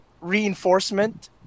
reinforcement